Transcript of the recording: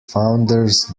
founders